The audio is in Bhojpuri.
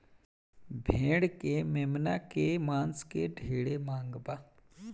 भेड़ के मेमना के मांस के ढेरे मांग बा